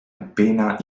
appena